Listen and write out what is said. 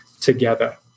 together